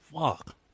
fuck